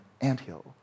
anthill